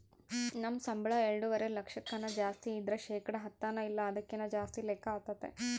ನಮ್ ಸಂಬುಳ ಎಲ್ಡುವರೆ ಲಕ್ಷಕ್ಕುನ್ನ ಜಾಸ್ತಿ ಇದ್ರ ಶೇಕಡ ಹತ್ತನ ಇಲ್ಲ ಅದಕ್ಕಿನ್ನ ಜಾಸ್ತಿ ಲೆಕ್ಕ ಆತತೆ